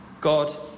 God